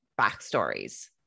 backstories